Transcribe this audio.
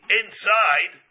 inside